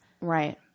Right